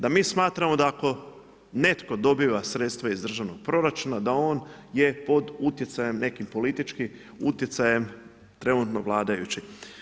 Da mi smatramo da ako netko dobiva sredstva iz državnog proračuna, da on je pod utjecajem, nekim političkim utjecajem trenutno vladajućih.